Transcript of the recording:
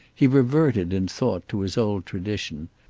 he reverted in thought to his old tradition,